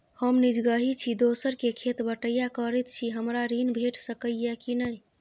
हम निजगही छी, दोसर के खेत बटईया करैत छी, हमरा ऋण भेट सकै ये कि नय?